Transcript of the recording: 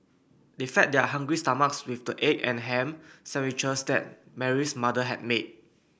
they fed their hungry stomachs with the egg and ham sandwiches that Mary's mother had made